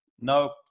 Nope